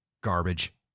garbage